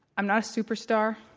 i'm not a superstar.